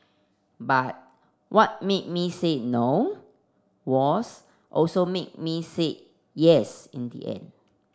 but what made me say No was also what made me say Yes in the end